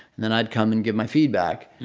and then i'd come and give my feedback.